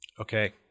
Okay